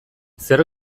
zer